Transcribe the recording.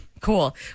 cool